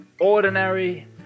ordinary